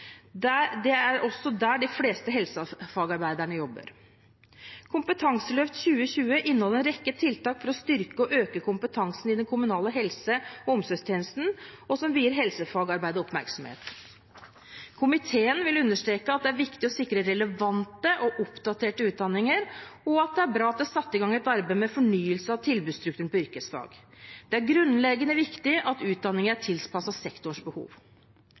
Det er også der de fleste helsefagarbeiderne jobber. Kompetanseløft 2020 inneholder en rekke tiltak for å styrke og øke kompetansen i den kommunale helse- og omsorgstjenesten og som vier helsefagarbeidet oppmerksomhet. Komiteen vil understreke at det er viktig å sikre relevante og oppdaterte utdanninger, og at det er bra at det er satt i gang et arbeid med fornyelse av tilbudsstrukturen på yrkesfag. Det er grunnleggende viktig at utdanningene er tilpasset sektorens behov.